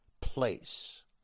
place